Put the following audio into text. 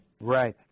Right